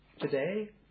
Today